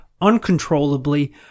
uncontrollably